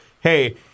Hey